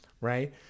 right